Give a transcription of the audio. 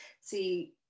See